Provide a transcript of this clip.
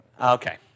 Okay